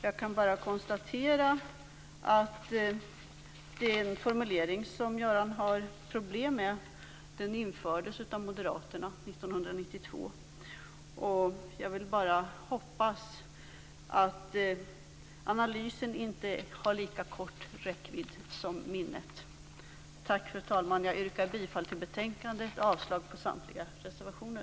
Jag kan konstatera att den formulering som Göran Lennmarker har problem med infördes av Moderaterna 1992. Jag hoppas att analysen inte har lika kort räckvidd som minnet. Herr talman! Jag yrkar bifall till hemställan i betänkandet och avslag på samtliga reservationer.